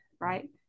right